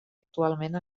actualment